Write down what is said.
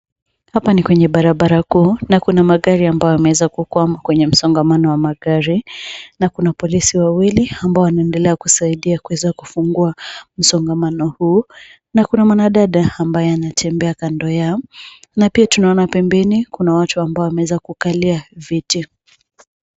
Hapa ni kwenye barabara kuu na kuna magari ambayo yameweza kukwama kwenye msongamano wa magari. Na kuna polisi wawili ambao wanaendelea kusaidia kuweza kufungua msongamano huu, na kuna mwanadada ambaye anatembea kando yao. Na pia tunaona pembeni kuna watu ambao wameweza kukali viti.